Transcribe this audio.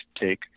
take